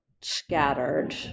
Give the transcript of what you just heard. scattered